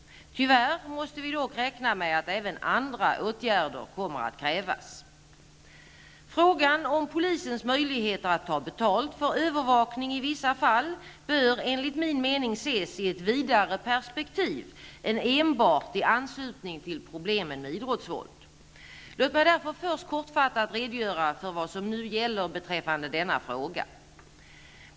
Tyvärr måste vi dock räkna med att även andra åtgärder kommer att krävas. Frågan om polisens möjligheter att ta betalt för övervakning i vissa fall bör enligt min mening ses i ett vidare perspektiv än enbart i anslutning till problemen med idrottsvåld. Låg mig därför först kortfattat redogöra för vad som nu gäller beträffande denna fråga.